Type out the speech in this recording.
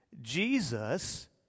Jesus